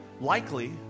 likely